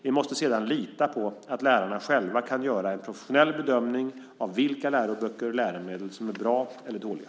Vi måste sedan lita på att lärarna själva kan göra en professionell bedömning av vilka läroböcker och läromedel som är bra eller dåliga.